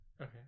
Okay